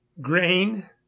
grain